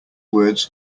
words